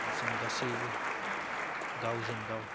आरो जों गासैबो गावजों गाव